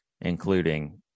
including